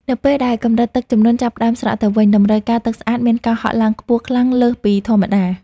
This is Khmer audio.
នៅពេលដែលកម្រិតទឹកជំនន់ចាប់ផ្ដើមស្រកទៅវិញ តម្រូវការទឹកស្អាតមានការហក់ឡើងខ្ពស់ខ្លាំងលើសពីធម្មតា។